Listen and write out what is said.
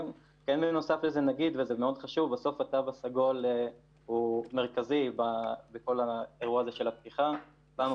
מפקידים ממשלתיים אני מרשה לעצמי לומר שהתפיסה שרואה את הכול דרך פריזמה